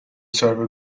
server